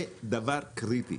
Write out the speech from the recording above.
זה דבר קריטי.